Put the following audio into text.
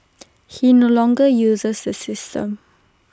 he no longer uses the system